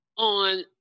on